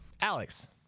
Alex